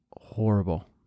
horrible